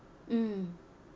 mm